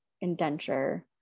indenture